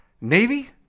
Navy